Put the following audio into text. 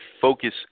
focus